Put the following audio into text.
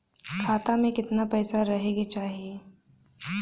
खाता में कितना पैसा रहे के चाही?